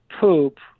poop